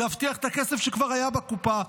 להבטיח את הכסף שכבר היה בקופה,